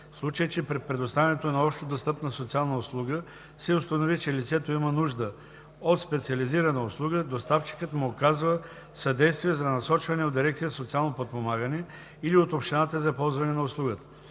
В случай че при предоставянето на общодостъпна социална услуга се установи, че лицето има нужда от специализирана услуга, доставчикът му оказва съдействие за насочване от дирекция „Социално подпомагане“ или от общината за ползване на услугата.